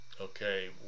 Okay